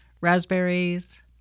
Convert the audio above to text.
raspberries